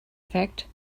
fact